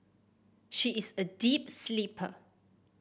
she is a deep sleeper